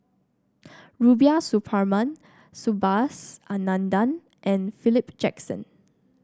Rubiah Suparman Subhas Anandan and Philip Jackson